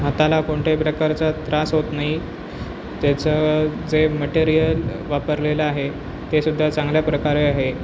हाताला कोणत्याही प्रकारचा त्रास होत नाही त्याचं जे मटेरियल वापरलेलं आहे ते सुद्धा चांगल्या प्रकारे आहे